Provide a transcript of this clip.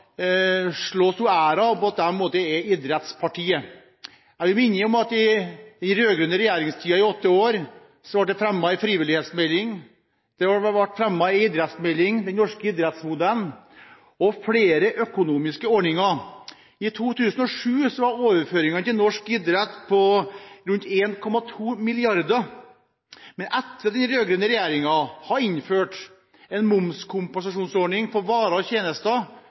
at de er idrettspartiet. Jeg vil minne om at det i den rød-grønne regjeringstiden – åtte år – ble fremmet en frivillighetsmelding, det ble fremmet en idrettsmelding, Den norske idrettsmodellen, og flere økonomiske ordninger. I 2007 var overføringene til norsk idrett på rundt 1,2 mrd. kr, men etter at den rød-grønne regjeringen hadde innført en momskompensasjonsordning for varer og tjenester